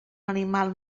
animal